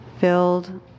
filled